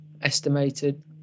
estimated